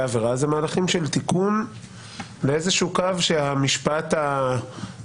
העבירה אלה מהלכים של תיקון באיזשהו קו שהמשפט הפלילי